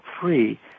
free